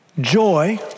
Joy